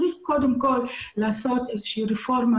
צריך קודם כל לעשות רפורמה,